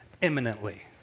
imminently